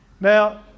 Now